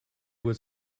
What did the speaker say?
would